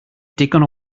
digon